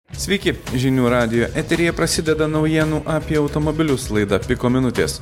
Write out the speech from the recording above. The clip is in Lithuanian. sveiki žinių radijo eteryje prasideda naujienų apie automobilius laida piko minutės